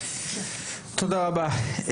תודה רבה,